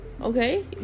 okay